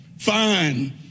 Fine